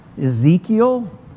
Ezekiel